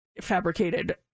fabricated